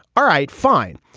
all right fine.